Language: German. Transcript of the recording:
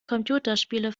computerspiele